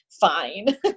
fine